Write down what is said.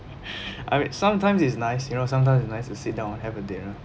I mean sometimes it's nice you know sometimes it's nice to sit down and have a dinner